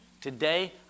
Today